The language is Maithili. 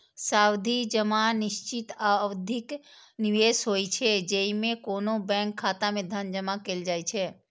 सावधि जमा निश्चित अवधिक निवेश होइ छै, जेइमे कोनो बैंक खाता मे धन जमा कैल जाइ छै